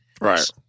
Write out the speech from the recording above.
Right